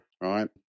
right